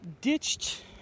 ditched